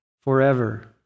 forever